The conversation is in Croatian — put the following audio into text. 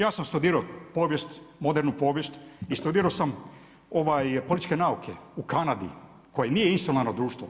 Ja sam studirao povijest, modernu povijest i studirao sam političke nauke u Kanadi koje nije isto društvo.